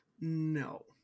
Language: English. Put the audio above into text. no